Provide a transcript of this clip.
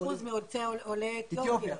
70 אחוזים מעולי אתיופיה.